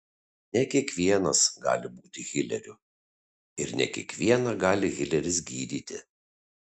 ne kiekvienas gali būti hileriu ir ne kiekvieną gali hileris gydyti